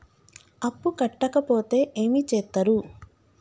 అప్పు కట్టకపోతే ఏమి చేత్తరు?